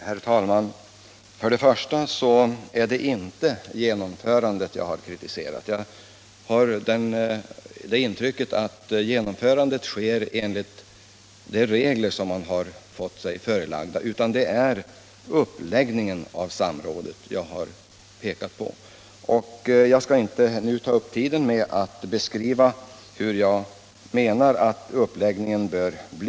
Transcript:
Herr talman! Låt mig först säga att det inte är genomförandet jag har kritiserat — mitt intryck är att genomförandet sker enligt de regler som gäller — utan det är uppläggningen av samrådet som jag har pekat på. Jag skall inte nu ta upp tiden med att beskriva hur jag anser att uppläggningen bör göras.